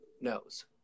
knows